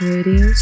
Radio